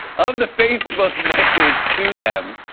of the facebook message to them,